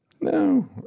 No